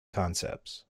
concepts